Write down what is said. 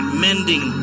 mending